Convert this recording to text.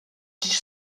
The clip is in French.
dix